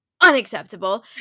unacceptable